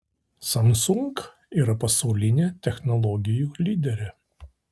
samsung yra pasaulinė technologijų lyderė